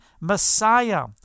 Messiah